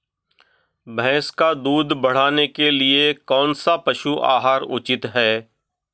भैंस का दूध बढ़ाने के लिए कौनसा पशु आहार उचित है?